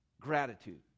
gratitude